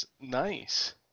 Nice